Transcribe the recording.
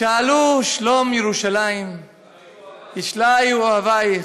"שאלו שלום ירושלים ישליו אוהביך.